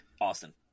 austin